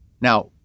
Now